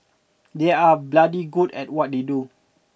they are bloody good at what they do